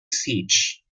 siege